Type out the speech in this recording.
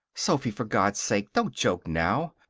sophy, for god's sake don't joke now.